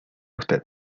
usted